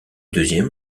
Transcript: deuxième